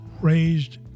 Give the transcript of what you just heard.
raised